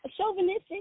chauvinistic